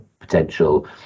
potential